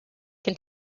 can